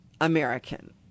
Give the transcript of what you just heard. American